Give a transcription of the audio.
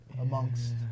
amongst